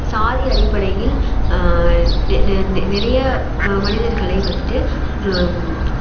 சாதி அடிப்படையில் டு டு நி நிறைய ம மனிதர்களை வந்துட்டு ரொ